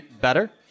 better